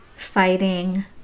fighting